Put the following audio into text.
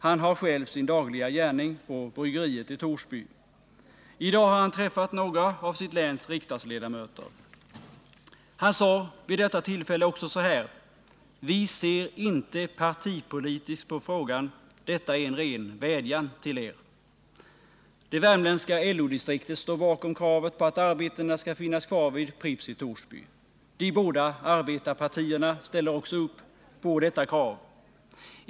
Han har själv sin dagliga gärning på bryggeriet i Torsby. I dag har han träffat några av sitt läns riksdagsledamöter. Han sade vid detta tillfälle också så här: ”Vi ser inte partipolitiskt på frågan. Detta är en ren vädjan till er.” Det värmländska LO-distriktet står bakom kravet på att arbetena skall finnas kvar vid Pripps i Torsby. De båda arbetarpartierna ställer också upp på detta krav.